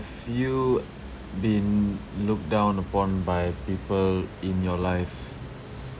you been looked down upon by people in your life